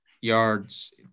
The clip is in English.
yards